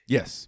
Yes